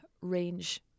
range